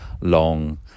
long